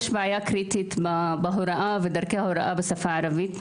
יש בעיה קריטית בהוראה ובדרכי ההוראה בשפה הערבית.